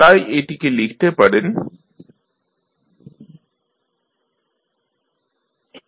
তাই এটিকে লিখতে পারেন decdt1Cit